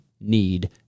Need